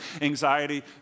anxiety